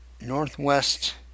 Northwest